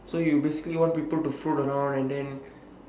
so you basically want people to float around and then